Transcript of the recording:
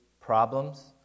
problems